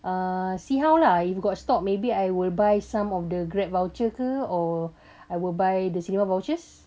ah see how lah if got stock maybe I will buy some of the grab vouchers ke or I will buy the cinema vouchers